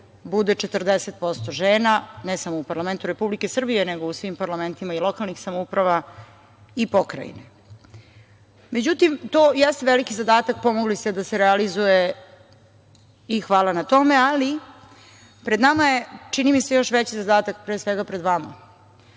bude 40% žena, ne samo u parlamentu Republike Srbije nego u svim parlamentima i lokalnih samouprava i pokrajine, međutim, to jeste veliki zadatak, pomogli ste da se realizuje i hvala na tome, ali pred nama je čini mi se još veći zadatak, pre svega pred vama.